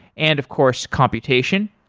and of course, computation.